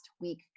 week